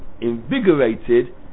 invigorated